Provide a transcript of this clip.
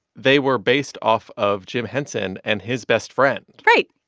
they were based off of jim henson and his best friend. right.